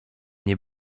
nie